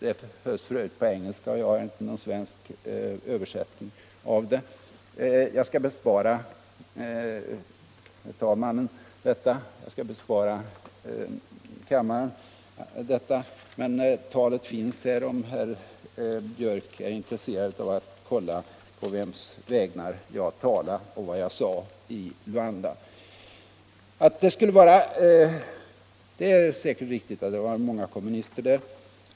Det hölls f. ö. på engelska och jag har ingen svensk Om utländsk översättning. Jag skall bespara herr talmannen och även kammaren detta, — inblandning i men talet finns här om någon är intresserad av att kontrollera på vems = striderna i Angola vägnar jag talade och vad jag sade i Luanda. Det är säkert riktigt att det var många kommunister där.